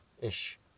ish